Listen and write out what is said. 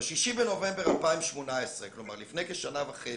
ב-6 בנובמבר 2018, כלומר לפני כשנה וחצי,